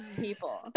people